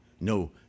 no